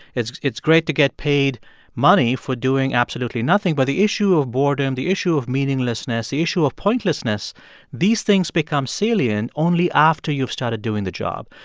it's it's great to get paid money for doing absolutely nothing, but the issue of boredom, the issue of meaninglessness, the issue of pointlessness these things become salient only after you've started doing the job.